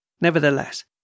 Nevertheless